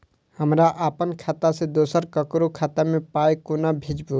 हमरा आपन खाता से दोसर ककरो खाता मे पाय कोना भेजबै?